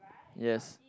yes